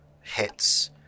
hits